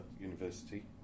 University